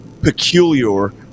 Peculiar